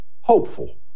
hopeful